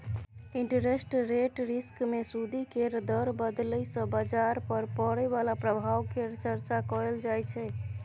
interest rate risk मे सूदि केर दर बदलय सँ बजार पर पड़य बला प्रभाव केर चर्चा कएल जाइ छै